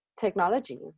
technology